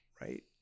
right